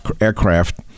aircraft